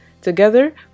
Together